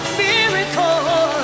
miracle